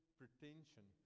pretension